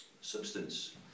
substance